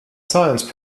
science